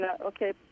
okay